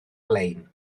lein